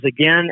again